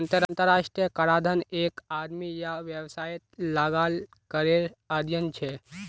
अंतर्राष्ट्रीय कराधन एक आदमी या वैवसायेत लगाल करेर अध्यन छे